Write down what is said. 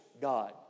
God